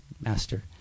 master